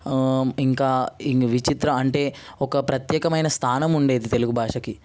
ఇంకా ఈ విచిత్ర అంటే ఒక ప్రత్యేకమైన స్థానం ఉండేది తెలుగు భాషకి